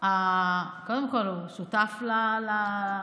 קודם כול, הוא שותף לאזור.